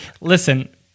Listen